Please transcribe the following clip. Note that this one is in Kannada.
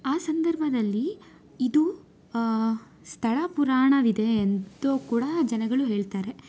ಆ ಸಂದರ್ಭದಲ್ಲಿ ಇದು ಸ್ಥಳ ಪುರಾಣವಿದೆ ಎಂದು ಕೂಡ ಜನಗಳು ಹೇಳ್ತಾರೆ